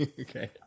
Okay